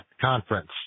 conference